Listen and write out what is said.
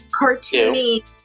cartoony